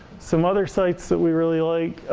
some other sites that we really like?